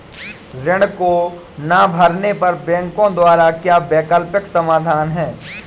ऋण को ना भरने पर बैंकों द्वारा क्या वैकल्पिक समाधान हैं?